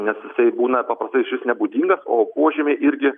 nes jisai būna paprastai išvis nebūdingas o požymiai irgi